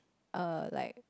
err like